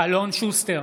אלון שוסטר,